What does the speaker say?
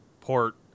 Port